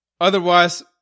Otherwise